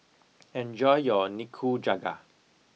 enjoy your Nikujaga